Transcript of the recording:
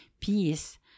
peace